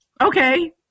Okay